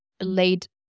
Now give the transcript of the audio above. late